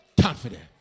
Confident